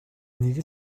нэг